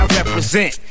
represent